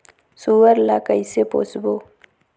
सुअर ला कइसे पोसबो?